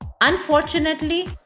unfortunately